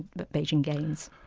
the beijing games.